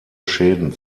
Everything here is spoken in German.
schäden